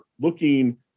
looking